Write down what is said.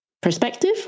perspective